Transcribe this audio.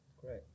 Great